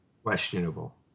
Questionable